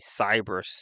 Cybers